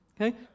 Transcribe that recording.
Okay